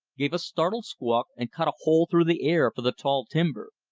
gave a startled squawk and cut a hole through the air for the tall timber.